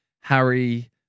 Harry